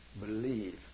believe